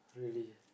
really